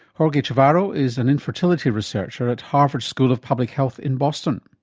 jorge chavarro is an infertility researcher at harvard school of public health in boston.